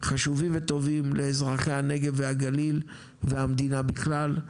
חשובים וטובים לאזרחי הנגב והגליל והמדינה בכלל.